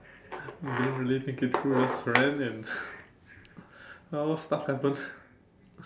didn't really think it through just ran and well stuff happens